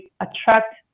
attract